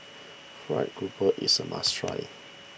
Fried Garoupa is a must try